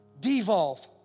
Devolve